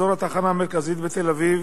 אזור התחנה המרכזית בתל-אביב,